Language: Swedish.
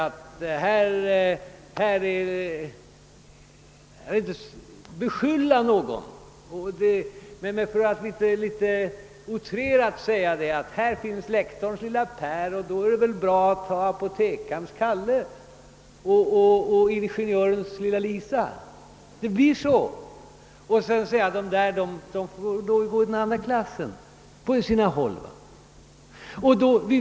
Jag vill inte beskylla någon, men jag skulle vilja litet outrerat nämna att man kanske säger att här finns lektorns lille Per, och då är det väl bra att ha apotekarns Kalle och ingenjörens lilla Lisa i samma klass. Det blir så. Sedan säger man kanske till ett annat barn att det får gå i den andra klassen.